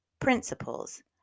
principles